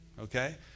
Okay